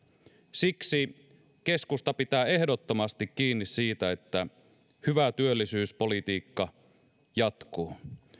siksi keskusta pitää ehdottomasti kiinni siitä että hyvä työllisyyspolitiikka jatkuu